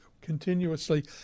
continuously